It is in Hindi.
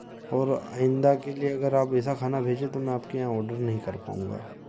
और आईंदा के लिए अगर आप ऐसा खाना भेजे तो मैं आपके यहाँ आर्डर नहीं कर पाऊँगा